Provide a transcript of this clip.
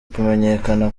kumenyekana